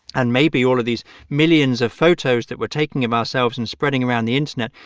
and maybe all of these millions of photos that we're taking of ourselves and spreading around the internet,